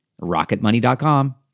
Rocketmoney.com